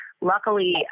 luckily